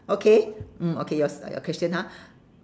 okay mm okay yours ah your question ha